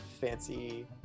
fancy